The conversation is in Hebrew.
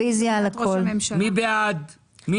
רוויזיה על הסתייגות מספר 28. מי בעד קבלת הרוויזיה?